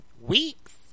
week's